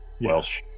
Welsh